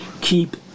keep